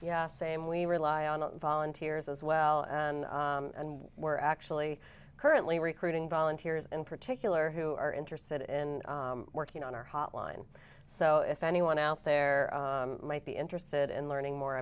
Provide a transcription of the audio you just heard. yeah same we rely on volunteers as well and we're actually currently recruiting volunteers in particular who are interested in working on our hotline so if anyone out there might be interested in learning more